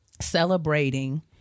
celebrating